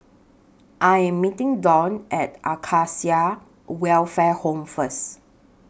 I Am meeting Dwan At Acacia Welfare Home First